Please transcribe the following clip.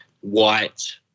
white